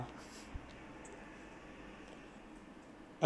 I don't know leh maybe